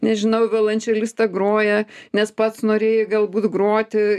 nežinau violončelistą groja nes pats norėjai galbūt groti